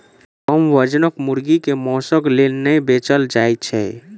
कम वजनक मुर्गी के मौंसक लेल नै बेचल जाइत छै